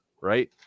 right